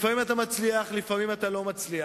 לפעמים אתה מצליח ולפעמים אתה לא מצליח.